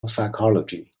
psychology